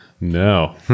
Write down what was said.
No